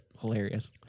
Hilarious